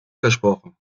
versprochen